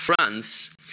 France